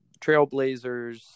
trailblazers